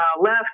left